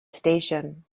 station